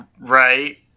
Right